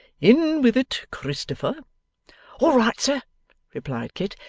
in with it, christopher all right, sir replied kit.